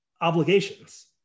obligations